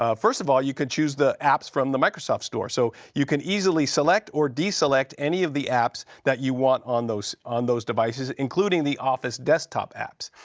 ah first of all, you can choose the apps from the microsoft store. so you can easily select or deselect any of the apps that you want on those on those devices, including the office desktop apps.